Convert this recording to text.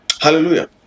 Hallelujah